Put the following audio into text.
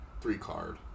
three-card